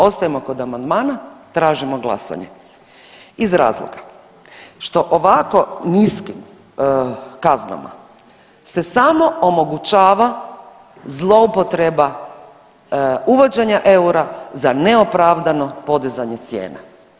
Ostajemo kod amandmana, tražimo glasanje iz razloga što ovako niskim kaznama se samo omogućava zloupotreba uvođenja eura za neopravdano podizanje cijena.